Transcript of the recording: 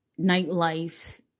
nightlife